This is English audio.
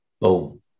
Boom